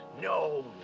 No